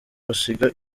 basiga